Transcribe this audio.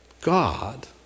God